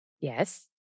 Yes